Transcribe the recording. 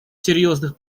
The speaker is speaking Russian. серьезных